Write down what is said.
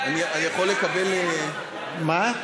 אני יכול לקבל, מה?